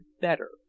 better